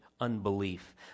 unbelief